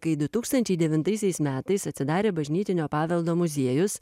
kai du tūkstančiai devintaisiais metais atsidarė bažnytinio paveldo muziejus